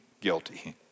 guilty